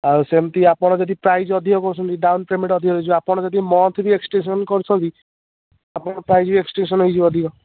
ଆଉ ସେମିତି ଆପଣ ଯଦି ପ୍ରାଇସ୍ ଅଧିକ କହୁଛନ୍ତି ଡାଉନ୍ ପେମେଣ୍ଟ୍ ଅଧିକ ହେଇଯିବ ଆପଣ ଯଦି ମନ୍ଥ ବି ଏକ୍ସଟେନସନ୍ କରୁଛନ୍ତି ଆପଣ ପାଇଯିବେ ଏକ୍ସଟେନସନ୍ ହେଇଯିବ ଅଧିକ